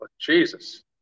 Jesus